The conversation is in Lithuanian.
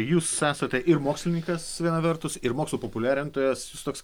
jūs esate ir mokslininkas viena vertus ir mokslo populiarintojas jūs toks